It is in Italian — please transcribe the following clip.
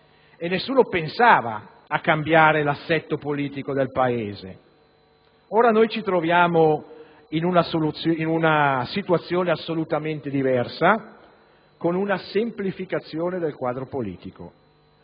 e nessuno pensava a cambiare l'assetto politico del Paese. Ora ci troviamo in una situazione assolutamente diversa, con una semplificazione del quadro politico: